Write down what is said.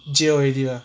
jail already ah